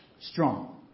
strong